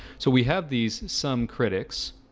so, we have these some critics